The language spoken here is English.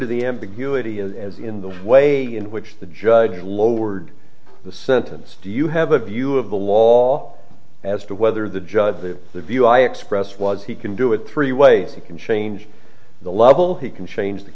to the ambiguity as in the way in which the judge lowered the sentence do you have a view of the law as to whether the judge the view i expressed was he can do it three ways you can change the level he can change the